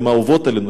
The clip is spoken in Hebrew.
הן אהובות עלינו,